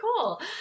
cool